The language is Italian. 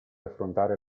affrontare